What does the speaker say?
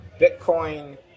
Bitcoin